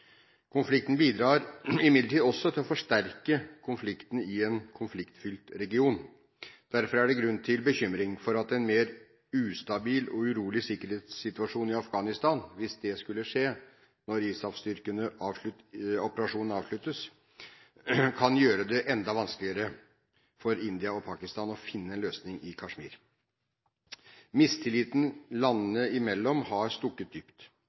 Konflikten bidrar imidlertid også til å forsterke konfliktene i en konfliktfylt region. Derfor er det grunn til bekymring for at en mer ustabil og urolig sikkerhetssituasjon i Afghanistan – hvis det skulle skje når ISAF-operasjonen avsluttes – kan gjøre det enda vanskeligere for India og Pakistan å finne en løsning i Kashmir. Mistilliten landene imellom har stukket dypt.